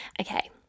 Okay